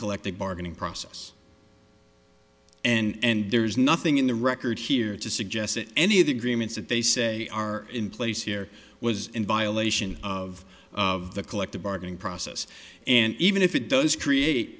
collective bargaining process and there's nothing in the record here to suggest that any of the agreements that they say are in place here was in violation of of the collective bargaining process and even if it does create